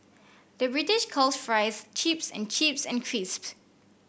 the British calls fries chips and chips and crisps